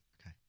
Okay